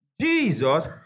Jesus